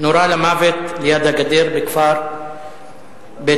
נורה למוות ליד הגדר בכפר בית-עווא,